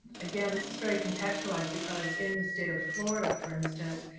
again, this is very contextualized, because in the state of florida, for instance,